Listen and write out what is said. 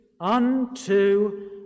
unto